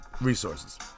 resources